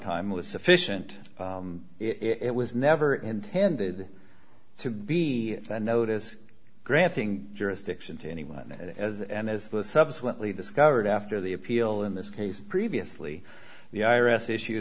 time was sufficient it was never intended to be a notice granting jurisdiction to anyone and as and as was subsequently discovered after the appeal in this case previously the i r s issue